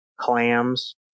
clams